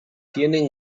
tienen